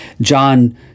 John